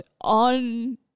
on